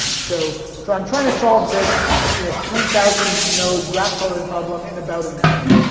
so so i'm trying to solve this you know three thousand node graph coloring problem in about a minute.